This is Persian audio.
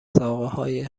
ساقههای